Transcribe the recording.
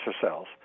cells